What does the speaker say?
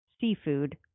seafood